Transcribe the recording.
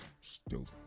stupid